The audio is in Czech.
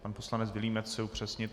Pan poslanec Vilímec chce upřesnit.